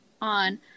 on